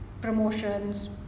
promotions